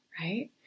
Right